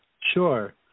Sure